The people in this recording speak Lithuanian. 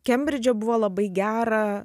kembridže buvo labai gera